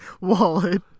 wallet